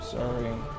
Sorry